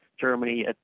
Germany